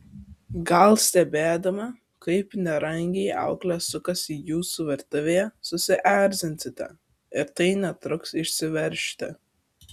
gal stebėdama kaip nerangiai auklė sukasi jūsų virtuvėje susierzinsite ir tai netruks išsiveržti